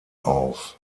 auf